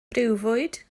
briwfwyd